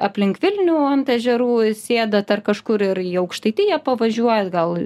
aplink vilnių ant ežerų sėdat ar kažkur ir į aukštaitiją pavažiuojat gal